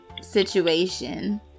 situation